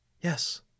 yes